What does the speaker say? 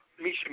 Misha